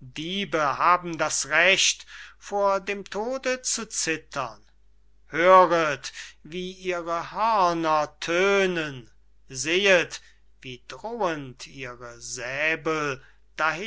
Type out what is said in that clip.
diebe haben das recht vor dem tode zu zittern höret wie ihre hörner tönen sehet wie drohend ihre säbel